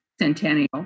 centennial